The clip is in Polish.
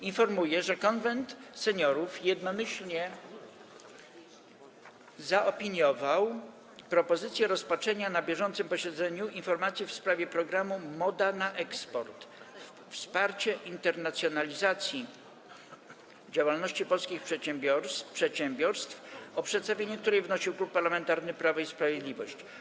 Informuję, że Konwent Seniorów jednomyślnie zaopiniował propozycję rozpatrzenia na bieżącym posiedzeniu informacji w sprawie programu „Moda na eksport” - wsparcie internacjonalizacji działalności polskich przedsiębiorstw, o przedstawienie której wnosił Klub Parlamentarny Prawo i Sprawiedliwość.